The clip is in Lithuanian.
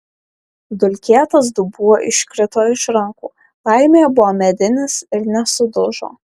dulkėtas dubuo iškrito iš rankų laimė buvo medinis ir nesudužo